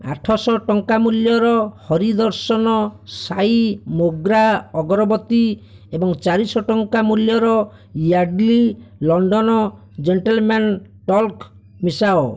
ଆଠଶହ ଟଙ୍କା ମୂଲ୍ୟର ହରିଦର୍ଶନ ସାଇ ମୋଗ୍ରା ଅଗରବତୀ ଏବଂ ଚାରିଶହ ଟଙ୍କା ମୂଲ୍ୟର ୟାଡ଼ଲି ଲଣ୍ଡନ୍ ଜେଣ୍ଟଲ୍ମ୍ୟାନ୍ ଟଲ୍କ୍ ମିଶାଅ